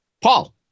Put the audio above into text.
Paul